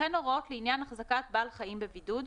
וכן הוראות לעניין החזקת בעל חיים בבידוד,